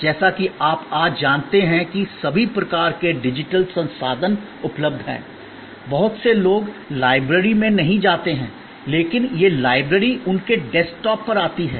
जैसा कि आप आज जानते हैं कि सभी प्रकार के डिजिटल संसाधन उपलब्ध हैं बहुत से लोग लाइब्रेरी में नहीं जाते हैं लेकिन यह कि लाइब्रेरी उनके डेस्कटॉप पर आती है